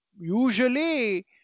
usually